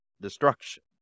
destruction